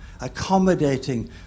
accommodating